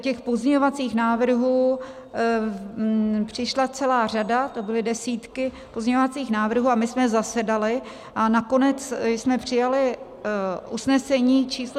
Těch pozměňovacích návrhů přišla celá řada, to byly desítky pozměňovacích návrhů, a my jsme zasedali a nakonec jsme přijali usnesení číslo 217.